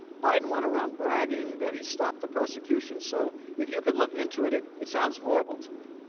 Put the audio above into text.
biden went around bragging that he stopped the prosecution so if you could look into it, it it sounds horrible to me.